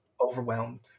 overwhelmed